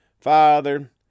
Father